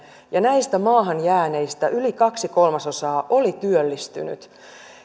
ja näistä maahan jääneistä yli kaksi kolmasosaa oli työllistynyt